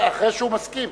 אחרי שהוא מסכים.